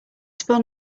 spun